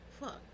fuck